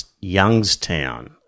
Youngstown